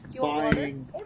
buying